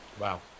Wow